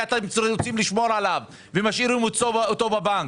כי אתם רוצים לשמור עליו ומשאירים אותו בבנק.